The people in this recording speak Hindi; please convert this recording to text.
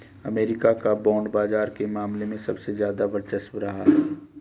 अमरीका का बांड बाजार के मामले में सबसे ज्यादा वर्चस्व रहा है